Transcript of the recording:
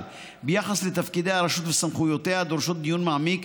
ביחס לתפקידי הרשות וסמכויותיה הדורשות דיון מעמיק,